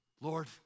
Lord